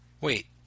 Wait